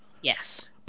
Yes